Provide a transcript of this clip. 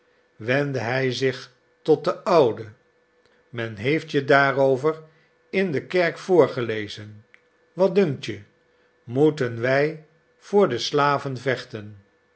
wendde hij zich tot den oude men heeft je daarover in de kerk voorgelezen wat dunkt je moeten wij voor de slaven vechten